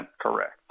correct